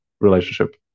relationship